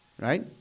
Right